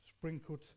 sprinkled